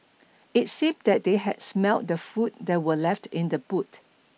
it seemed that they had smelt the food that were left in the boot